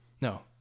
no